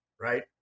right